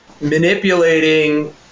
manipulating